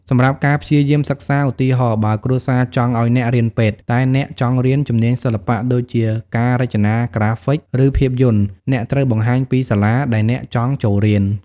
សម្រាប់ការព្យាយាមសិក្សា ឧទាហរណ៍ បើគ្រួសារចង់ឲ្យអ្នករៀនពេទ្យ តែអ្នកចង់រៀន ជំនាញសិល្បៈ ដូចជាការរចនាក្រាហ្វិក ឬភាពយន្ត អ្នកត្រូវបង្ហាញពី សាលា ដែលអ្នកចង់ចូលរៀន។